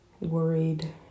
Worried